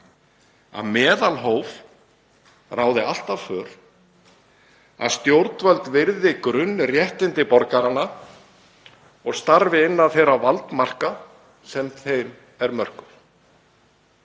að meðalhóf ráði alltaf för, að stjórnvöld virði grunnréttindi borgaranna og starfi innan þeirra valdmarka sem þeim eru mörkuð,